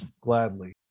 Gladly